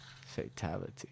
Fatality